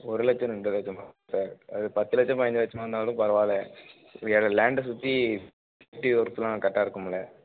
ஒரு லட்சம் ரெண்டு லட்சமா சார் அது பத்து லட்சம் அது பதினஞ்சு லட்சமாக இருந்தாலும் பரவாயில்ல எனக்கு லேண்டை சுற்றி சிட்டி ஓர்த்துல்லாம் கரட்டாக இருக்குமில்ல